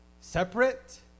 separate